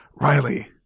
Riley